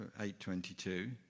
8.22